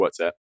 WhatsApp